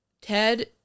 Ted